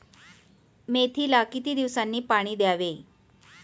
मेथीला किती दिवसांनी पाणी द्यावे?